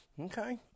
Okay